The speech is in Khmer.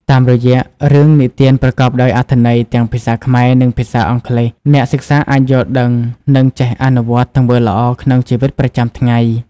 តាមរយៈរឿងនិទានប្រកបដោយអត្ថន័យទាំងភាសាខ្មែរ និងភាសាអង់គ្លេស អ្នកសិក្សាអាចយល់ដឹង និងចេះអនុវត្តទង្វើល្អក្នុងជីវិតប្រចាំថ្ងៃ។